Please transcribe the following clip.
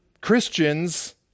christians